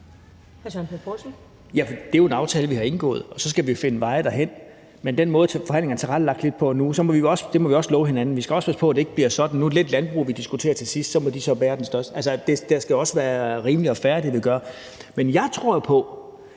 det er jo en aftale, vi har indgået, og så skal vi finde veje derhen. Med den måde, forhandlingerne lidt er tilrettelagt på nu, må vi også love hinanden at passe på, at det ikke bliver sådan: Nu er det landbruget, vi diskuterer til sidst, og så må de så bære den største byrde. Altså, det, vi gør, skal også være rimeligt og fair. Hvis man tager på